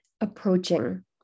approaching